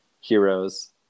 heroes